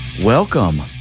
Welcome